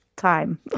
time